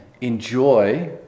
enjoy